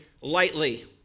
lightly